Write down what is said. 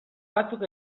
batzuk